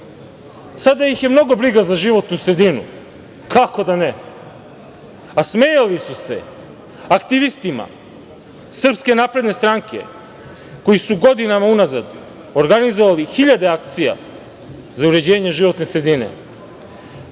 ih je mnogo briga za životnu sredinu. Kako da ne. A smejali su se aktivistima SNS koji su godinama unazad organizovali hiljade akcija za uređenje životne sredine.